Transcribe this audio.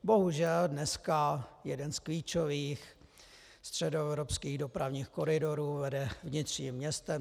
Bohužel dneska jeden z klíčových středoevropských dopravních koridorů vede vnitřním městem.